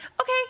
okay